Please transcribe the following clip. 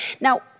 Now